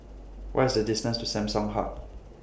What IS The distance to Samsung Hub